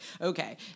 okay